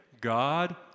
God